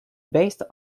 based